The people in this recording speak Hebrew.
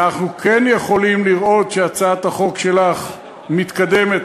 אנחנו כן יכולים לראות שהצעת החוק שלך מתקדמת,